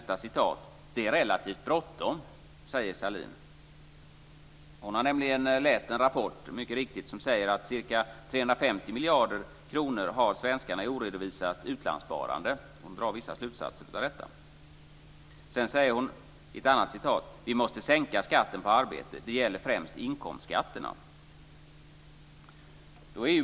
Nästa citat är: "Det är relativt bråttom." Så säger alltså Sahlin. Hon har nämligen läst en rapport som mycket riktigt visar att svenskarna har ca 350 miljarder kronor i oredovisat utlandssparande, och hon drar vissa slutsatser av detta. I ett annat citat säger hon: "Vi måste sänka skatten på arbete. Det gäller främst inkomstskatterna."